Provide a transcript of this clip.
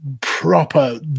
proper